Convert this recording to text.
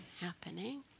happening